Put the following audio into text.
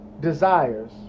desires